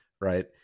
right